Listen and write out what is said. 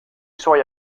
suoi